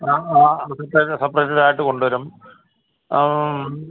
ഞാൻ നാളെ ഇത് സെപറേറ്റ് സെപ്പറേറ്റഡായിട്ട് കൊണ്ട് വരും അതോ ഇനി